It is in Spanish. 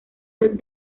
del